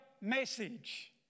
message